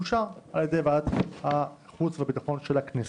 אושר על ידי ועדת החוץ והביטחון של הכנסת.